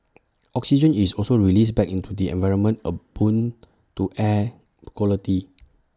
oxygen is also released back into the environment A boon to air quality